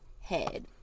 head